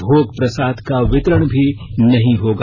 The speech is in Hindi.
भोग प्रसाद का वितरण भी नहीं होगा